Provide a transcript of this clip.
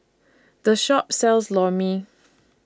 The Shop sells Lor Mee